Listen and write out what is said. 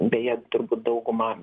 beje turbūt dauguma